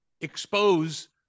expose